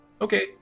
Okay